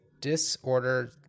Disorder